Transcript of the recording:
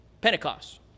Pentecost